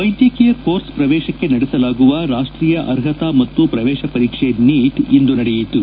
ವ್ಲೆದ್ಯಕೀಯ course ಪ್ರವೇಶಕ್ಕೆ ನಡೆಸಲಾಗುವ ರಾಷ್ಷೀಯ ಅರ್ಹತಾ ಮತ್ತು ಪ್ರವೇಶ ಪರೀಕ್ಷೆ ನೀಟ್ ಇಂದು ನಡೆಯಿತು